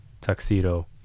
tuxedo